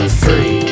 free